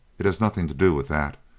it has nothing to do with that,